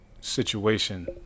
situation